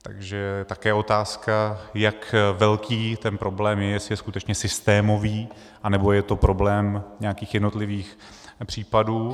Takže také je otázka, jak velký ten problém je, jestli je skutečně systémový, anebo je to problém nějakých jednotlivých případů.